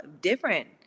different